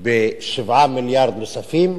ב-7 מיליארדים נוספים,